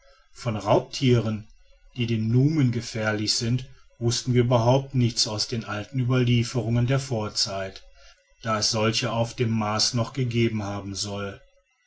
von raubtieren die dem numen gefährlich sind wußten wir überhaupt nichts als aus den alten überlieferungen der vorzeit da es solche auf dem mars noch gegeben haben soll